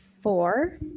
four